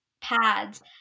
pads